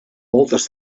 voltes